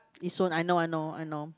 nee soon I know I know I know